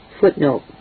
Footnote